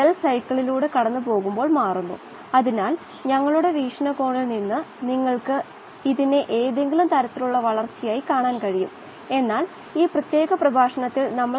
അളക്കുകയും നിയന്ത്രിക്കുകയും ചെയ്യുന്ന ഘടകങ്ങൾ ആയ താപനില പിഎച്ച് മീഡിയത്തിലെ വിവിധ പദാർഥങ്ങൾ എയറേഷൻ അജിറ്റേഷൻ ലയിച്ച ഓക്സിജൻ നില എന്നിവയെ പറ്റി മനസ്സിലാക്കി